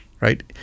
right